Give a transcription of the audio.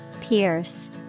Pierce